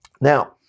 Now